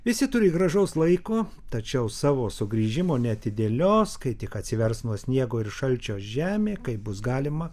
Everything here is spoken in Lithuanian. visi turi gražaus laiko tačiau savo sugrįžimo neatidėlios kai tik atsivers nuo sniego ir šalčio žemė kai bus galima